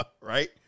right